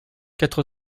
quatre